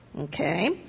okay